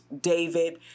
David